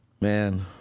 Man